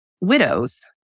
widows